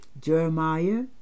Jeremiah